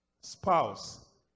spouse